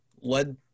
led